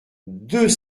deux